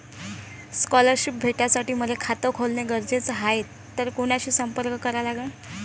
Scholarship भेटासाठी मले खात खोलने गरजेचे हाय तर कुणाशी संपर्क करा लागन?